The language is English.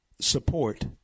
support